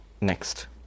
Next